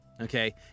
okay